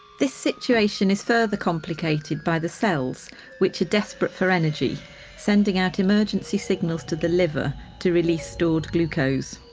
this situation is further complicated by the cells which are desperate for energy sending out emergency signals to the liver to release stored glucose.